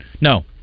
No